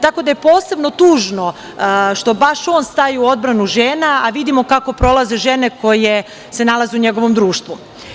Tako da je posebno tužno što baš on staje u odbranu žena, a vidimo kako prolaze žene koje se nalaze u njegovom društvu.